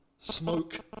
Smoke